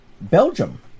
Belgium